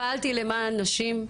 פעלתי למען נשים,